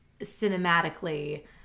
cinematically